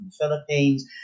Philippines